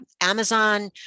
Amazon